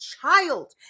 child